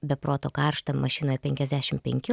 be proto karšta mašinoje penkiasdešimt penki